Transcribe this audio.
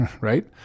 right